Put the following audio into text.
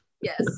yes